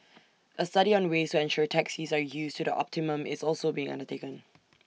A study on ways to ensure taxis are used to the optimum is also being undertaken